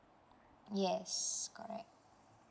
yes correct